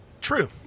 True